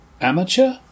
amateur